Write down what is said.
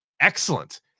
excellent